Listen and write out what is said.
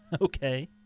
Okay